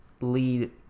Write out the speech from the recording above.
lead